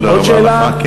תודה רבה לך.